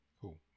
Cool